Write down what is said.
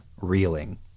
reeling